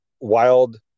wild